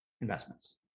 investments